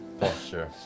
posture